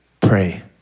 pray